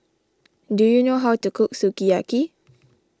do you know how to cook Sukiyaki